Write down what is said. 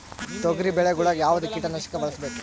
ತೊಗರಿಬೇಳೆ ಗೊಳಿಗ ಯಾವದ ಕೀಟನಾಶಕ ಬಳಸಬೇಕು?